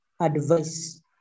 advice